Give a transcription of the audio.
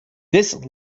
this